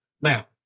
Now